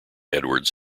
edwards